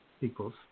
equals